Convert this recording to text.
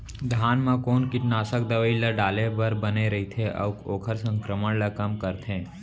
धान म कोन कीटनाशक दवई ल डाले बर बने रइथे, अऊ ओखर संक्रमण ल कम करथें?